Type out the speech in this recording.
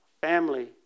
family